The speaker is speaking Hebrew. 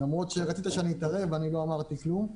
למרות שרצית שאתערב, לא אמרתי כלום.